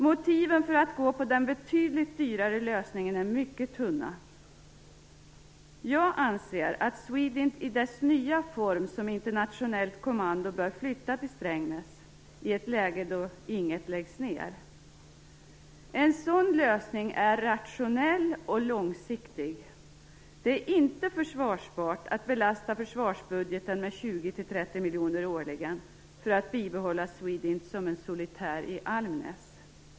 Motiven för att gå på den betydligt dyrare lösningen är mycket tunna. Jag anser att SWEDINT i sin nya form som internationellt kommando bör flytta till Strängnäs i ett läge där Ing 1 läggs ned. En sådan lösning är rationell och långsiktig. Det är inte försvarbart att belasta försvarsbudgeten med 20-30 miljoner kronor årligen för att behålla SWEDINT som en solitär i Almnäs.